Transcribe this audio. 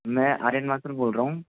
मैं आर्यन माथुर बोल रहा हूँ